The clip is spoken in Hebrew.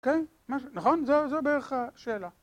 ‫כן? נכון? זו בערך השאלה.